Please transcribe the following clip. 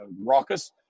raucous